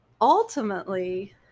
ultimately